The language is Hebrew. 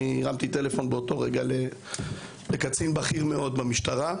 אני הרמתי טלפון באותו רגע לקצין בכיר מאוד במשטרה,